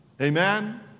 Amen